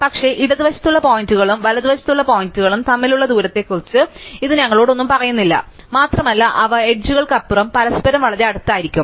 പക്ഷേ ഇടതുവശത്തുള്ള പോയിന്റുകളും വലതുവശത്തുള്ള പോയിന്റുകളും തമ്മിലുള്ള ദൂരത്തെക്കുറിച്ച് ഇത് ഞങ്ങളോട് ഒന്നും പറയുന്നില്ല മാത്രമല്ല അവ അതിരുകൾക്കപ്പുറം പരസ്പരം വളരെ അടുത്തായിരിക്കാം